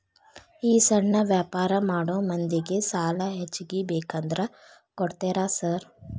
ಈ ಸಣ್ಣ ವ್ಯಾಪಾರ ಮಾಡೋ ಮಂದಿಗೆ ಸಾಲ ಹೆಚ್ಚಿಗಿ ಬೇಕಂದ್ರ ಕೊಡ್ತೇರಾ ಸಾರ್?